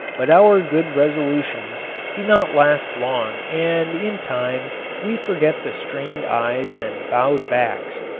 but our good resolutions do not last long and in time we forget the strained eyes and bowed backs,